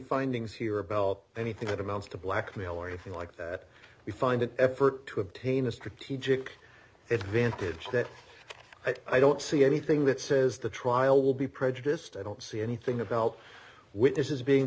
findings here about anything that amounts to blackmail or anything like that we find an effort to obtain a strategic advantage that i don't see anything that says the trial will be prejudiced i don't see anything about with this is being